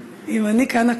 אם אני כאן,